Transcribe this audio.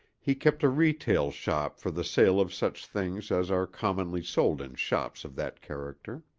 he kept a retail shop for the sale of such things as are commonly sold in shops of that character.